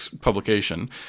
publication